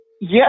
Yes